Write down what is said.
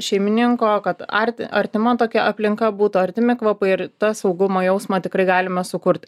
šeimininko kad arti artima tokia aplinka būtų artimi kvapai ir tą saugumo jausmą tikrai galime sukurti